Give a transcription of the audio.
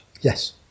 yes